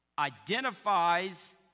Identifies